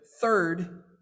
Third